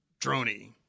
Droney